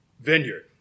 vineyard